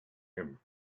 him